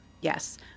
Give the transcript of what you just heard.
Yes